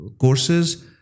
courses